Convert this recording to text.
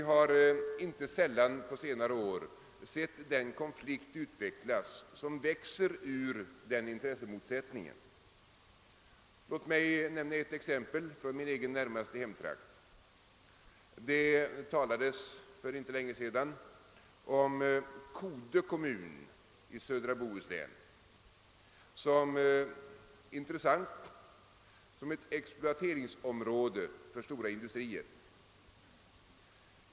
På senare år har vi inte sällan sett den konflikt utvecklas som framväxer ur en sådan intressemotsättning. Låt mig nämna ett exempel från min hemtrakt. Det talades för inte länge sedan om Kode kommun i södra Bohuslän som ett intressant exploateringsområde för stora industrier.